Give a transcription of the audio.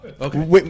okay